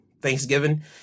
Thanksgiving